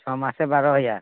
ଛଅ ମାସ ବାର ହଜାର